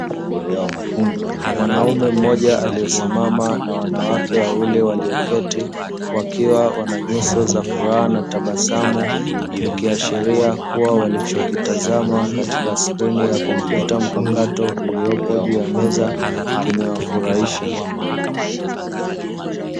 Mwanaume mmoja aliyesimama na wanawake wawili walioketi, wakiwa na nyuso za furaha na tabasamu ikiashiria kuwa walichokitazama katika skrini ya kompyuta mpakato iliyopo juu ya meza, kimewafurahisha.